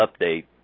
update